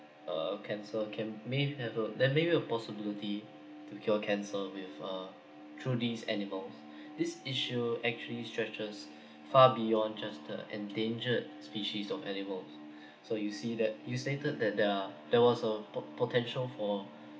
err cancer can may have a there may be a possibility to cure cancer with a through these animals this issue actually stretches far beyond just the endangered species of animals so you see that you stated that there are there was a po~ potential for